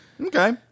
Okay